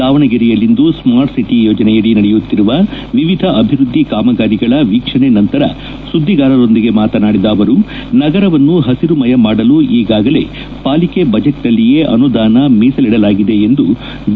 ದಾವಣಗೆರೆಯಲ್ಲಿಂದು smart city ಯೋಜನೆಯಡಿ ನಡೆಯುತ್ತಿರುವ ವಿವಿಧ ಅಭಿವೃದ್ದಿ ಕಾಮಗಾರಿಗಳ ವೀಕ್ಷಣೆ ನಂತರ ಸುದ್ದಿಗಾರರೊಂದಿಗೆ ಮಾತನಾಡಿದ ಅವರು ನಗರವನ್ನು ಹಸಿರುಮಯ ಮಾಡಲು ಈಗಾಗಲೇ ಪಾಲಿಕೆ ಬಜೆಟ್ನಲ್ಲಿಯೇ ಅನುದಾನ ಮೀಸಲಿಡಲಾಗಿದೆ ಎಂದು ಬಿ